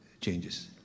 changes